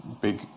big